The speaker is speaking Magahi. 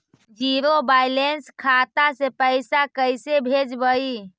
जीरो बैलेंस खाता से पैसा कैसे भेजबइ?